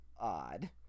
odd